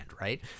right